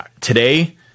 today